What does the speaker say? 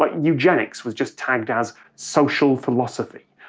like eugenics was just tagged as social philosophy.